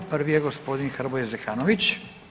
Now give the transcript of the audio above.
Prvi je gospodin Hrvoje Zekanović.